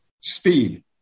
Speed